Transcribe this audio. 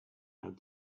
have